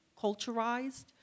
culturized